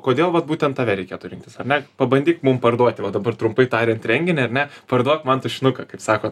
kodėl vat būtent tave reikėtų rinktis ar ne pabandyk mum parduoti va dabar trumpai tariant renginį ar ne parduok man tušinuką kaip sako